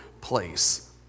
place